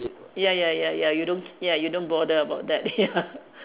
ya ya ya ya you don't ya you don't bother about that ya